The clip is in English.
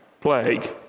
plague